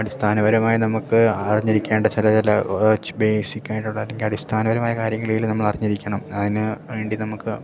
അടിസ്ഥാനപരമായി നമുക്ക് അറിഞ്ഞിരിക്കേണ്ട ചില ചില കുറച്ച് ബേസിക്കായിട്ടുള്ള അല്ലെങ്കിൽ അടിസ്ഥാനപരമായ കാര്യങ്ങളിൽ നമ്മളറിഞ്ഞിരിക്കണം അതിനുവേണ്ടി നമുക്ക്